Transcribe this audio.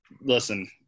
Listen